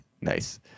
Nice